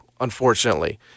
unfortunately